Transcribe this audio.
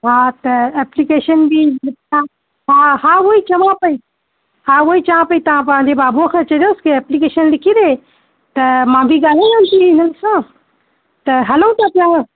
हा त एप्लीकेशन बि ॾिसां हा हा उअई चया पेई हा उअई चया पेई तव्हां पंहिंजे बाबूअ खे चइजोसि एप्लीकेशन लिखी ॾे त मां बि ॻाल्हायां थी हिननि सां त हलूं था पिया